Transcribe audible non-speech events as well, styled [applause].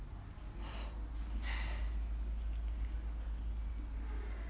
[breath]